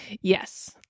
Yes